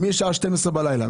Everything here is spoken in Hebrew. מהשעה 24:00 בלילה.